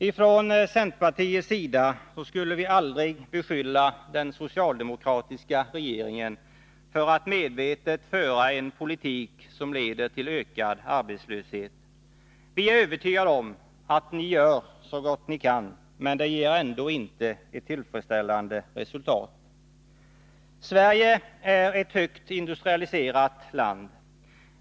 Ifrån centerpartiets sida skulle vi aldrig beskylla den socialdemokratiska regeringen för att medvetet föra en politik som leder till ökad arbetslöshet. Vi är övertygade om att ni gör så gott ni kan, men det ger ändå inte ett tillfredsställande resultat. Sverige är ett högt industrialiserat land.